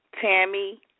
Tammy